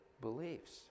beliefs